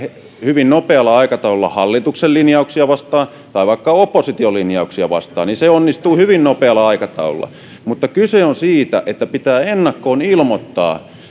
hyvin nopealla aikataululla hallituksen linjauksia vastaan tai vaikka opposition linjauksia vastaan niin se onnistuu hyvin nopealla aikataululla mutta kyse on siitä että pitää ennakkoon ilmoittaa